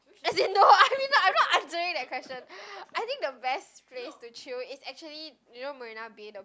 as in no i mean I'm not answering that question I think the best place to chill is actually you know Marina-Bay the